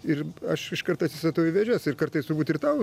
ir aš iškart atsistatau į vėžes ir kartais turbūt ir tau